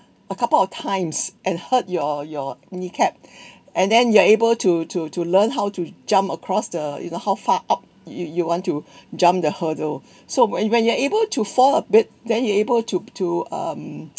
a couple of times and hurt your your knee cap and then you are able to to to learn how to jump across the you know how far up you you want to jump the hurdle so when you when you are able to fall a bit then you are able to to um